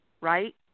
right